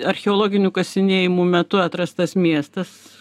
archeologinių kasinėjimų metu atrastas miestas